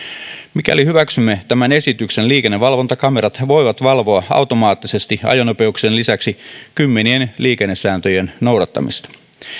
mikäli hyväksymme tämän esityksen liikennevalvontakamerat voivat valvoa automaattisesti ajonopeuksien lisäksi kymmenien liikennesääntöjen noudattamista